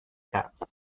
caps